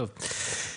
טוב,